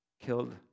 killed